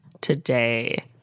today